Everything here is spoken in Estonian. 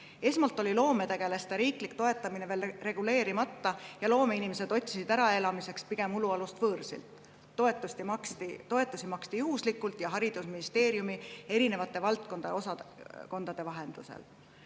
Esmalt oli loometegelaste riiklik toetamine veel reguleerimata ja loomeinimesed otsisid äraelamiseks pigem ulualust võõrsilt. Toetusi maksti juhuslikult ja haridusministeeriumi erinevate valdkondade osakondade vahendusel.